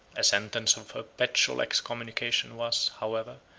a sentence of perpetual excommunication was, however,